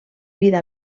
vida